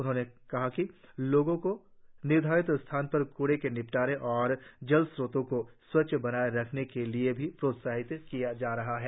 उन्होंने कहा कि लोगों को निर्धारित स्थानों पर कूड़े के निपटारे और जल स्रोतो को स्वच्छ बनाए रखने के लिए भी प्रोत्साहित किया जा रहा है